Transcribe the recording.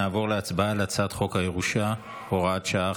נעבור להצבעה בקריאה ראשונה על הצעת חוק הירושה (הוראת שעה,